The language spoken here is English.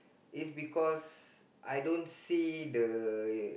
is because I don't see the